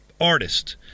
artist